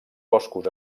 boscos